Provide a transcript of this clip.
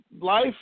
life